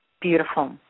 Beautiful